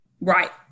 Right